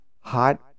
Hot